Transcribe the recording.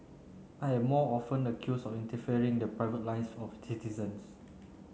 I am often accused of interfering in the private lives of citizens